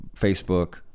facebook